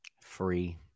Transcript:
free